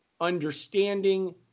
understanding